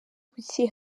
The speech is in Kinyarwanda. kuki